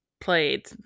played